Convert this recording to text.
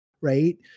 right